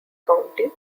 county